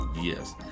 Yes